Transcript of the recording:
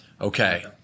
Okay